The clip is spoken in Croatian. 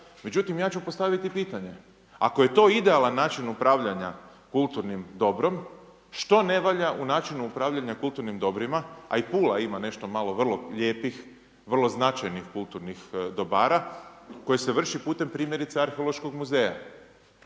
Međutim, ja ću postaviti pitanje. Ako je to idealan način upravljanja kulturnim dobrom, što ne valja u načinu upravljanja kulturnim dobrima, a i Pula ima nešto malo vrlo lijepih, vrlo značajnih kulturnih dobara koje se vrši pute, primjerice Arheološkog muzeja.